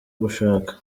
gushaka